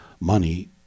money